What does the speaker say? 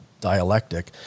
dialectic